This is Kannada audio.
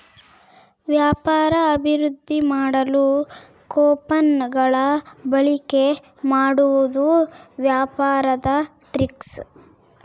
ವ್ಯಾಪಾರ ಅಭಿವೃದ್ದಿ ಮಾಡಲು ಕೊಪನ್ ಗಳ ಬಳಿಕೆ ಮಾಡುವುದು ವ್ಯಾಪಾರದ ಟ್ರಿಕ್ಸ್